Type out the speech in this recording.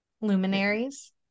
Luminaries